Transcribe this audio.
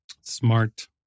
smart